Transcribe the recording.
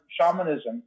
shamanism